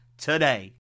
today